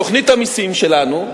תוכנית המסים שלנו,